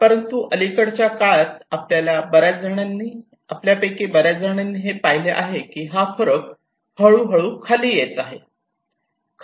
परंतु अलिकडच्या काळात आपल्यातील बर्याच जणांनी हे पाहिले आहे की हा फरक हळूहळू खाली येत आहे